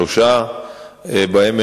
שלושה שבועות.